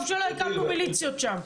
טוב שלא הקמנו מליציות שם.